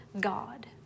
God